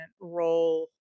role